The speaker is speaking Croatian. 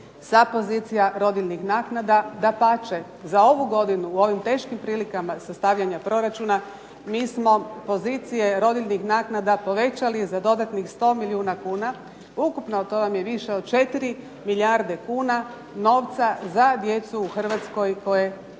sa pozicija rodiljnih naknada. Dapače, za ovu godinu u ovim teškim prilikama sastavljanja proračuna mi smo pozicije rodiljnih naknada povećali za dodatnih sto milijuna kuna. Ukupno to vam je više od četiri milijarde kuna novca za djecu u Hrvatskoj koje